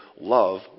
love